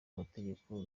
mategeko